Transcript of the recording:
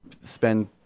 spend